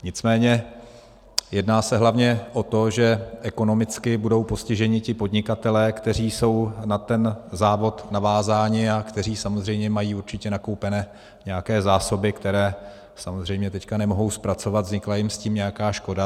Nicméně jedná se hlavně o to, že ekonomicky budou postiženi ti podnikatelé, kteří jsou na závod navázáni a kteří samozřejmě mají určitě nakoupené nějaké zásoby, které samozřejmě teď nemohou zpracovat, vznikla jim s tím nějaká škoda.